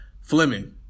Fleming